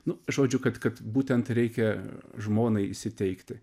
nu žodžiu kad kad būtent reikia žmonai įsiteikti